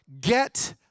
get